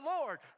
Lord